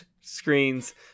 screens